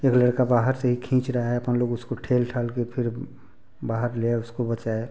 एक लड़का बाहर से ही खींच रहा है अपन लोग उसको ठेल ठाल कर फिर बाहर ले आए उसको बचाए